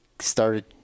started